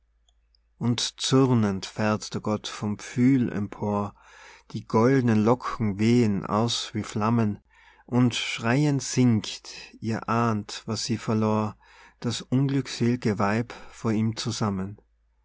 und zürnend fährt der gott vom pfühl empor die goldnen locken wehen aus wie flammen und schreiend sinkt ihr ahnt was sie verlor das unglück'sel'ge weib vor ihm zusammen